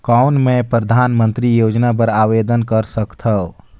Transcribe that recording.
कौन मैं परधानमंतरी योजना बर आवेदन कर सकथव?